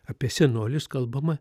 apie senolius kalbama